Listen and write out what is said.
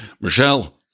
Michelle